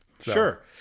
Sure